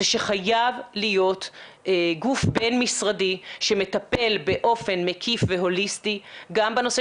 זה שחייב להיות גוף בין משרדי שמטפל באופן מקיף והוליסטי גם בנושא